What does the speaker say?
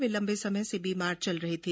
वे लम्बे समय से बीमार चल रहे थे